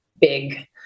big